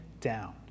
down